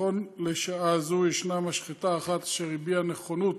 נכון לשעה זו יש משחטה אחת אשר הביעה נכונות